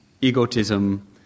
egotism